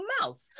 mouth